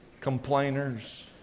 complainers